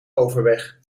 overweg